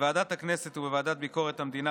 בוועדת הכנסת ובוועדה לענייני ביקורת המדינה,